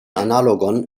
analogon